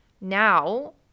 Now